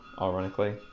ironically